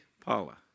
Paula